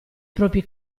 propri